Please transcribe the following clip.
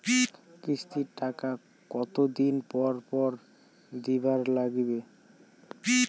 কিস্তির টাকা কতোদিন পর পর দিবার নাগিবে?